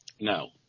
No